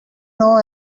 know